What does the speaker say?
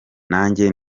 nanjye